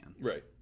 Right